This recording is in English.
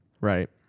Right